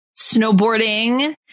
snowboarding